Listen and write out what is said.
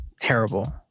terrible